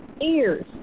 ears